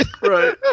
Right